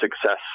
success